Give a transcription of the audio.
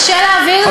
קשה להבהיר את זה.